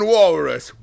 Walrus